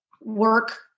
work